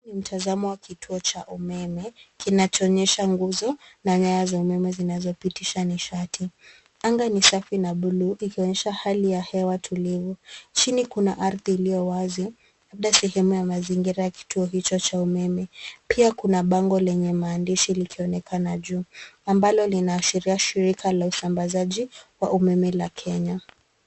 Mtazamo wa kituo cha umeme, kinachoonyesha nguzo na nyaya za umeme zinazopitisha nishati. Anga ni safi na blue , ikionyesha hali ya hewa tulivu. Chini kuna ardhi iliyo wazi, labda sehemu ya mazingira ya kituo hicho cha umeme. Pia kuna bango lenye maandishi likionekana juu, ambalo linaashiria shirika la usambazaji wa umeme la Kenya.